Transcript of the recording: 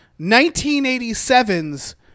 1987's